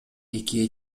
экиге